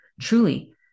Truly